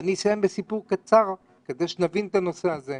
ואני אסיים בסיפור קצר כדי שנבין את הנושא הזה.